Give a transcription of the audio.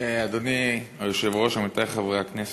אדוני היושב-ראש, עמיתי חברי הכנסת,